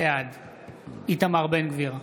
בעד איתמר בן גביר,